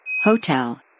Hotel